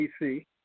PC